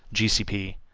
gcp,